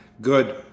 Good